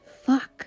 fuck